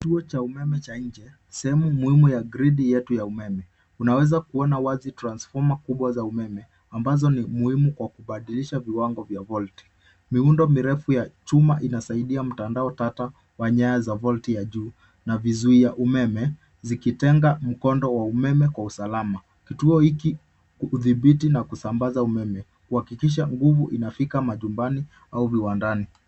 Kituo cha umeme cha nje, sehemu muhimu ya gridi yetu ya umeme. Unaweza kuona wazi transfoma kubwa za umeme ambazo ni muhimu kwa kubadilisha viwango vya volt . Miundo mirefu ya chuma inasaidia mtandao tata wanyaya za volt ya juu na vizuia umeme zikitenga mkondo wa umeme kwa usalama. Kituo iki hudhibiti na kusambaza umeme kuhakikisha nguvu inafika majumbani au viwandani.